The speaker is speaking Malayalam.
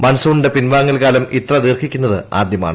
മൺസൂണിന്റെ പിൻവാങ്ങൽ കാലം ഇത്ര ദീർഘിക്കുന്നത് ആദ്യമാണ്